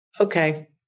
Okay